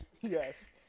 Yes